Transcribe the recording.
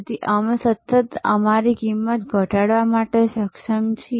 તેથી અમે સતત અમારી કિંમત ઘટાડવા માટે સક્ષમ છીએ